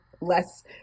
less